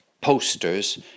posters